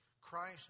Christ